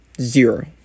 Zero